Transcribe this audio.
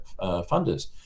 funders